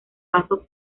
vaso